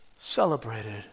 celebrated